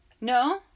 No